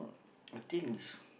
I think this